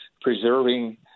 preserving